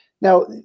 now